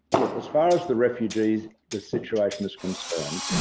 look, as far as the refugees, the situation is concerned.